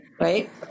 Right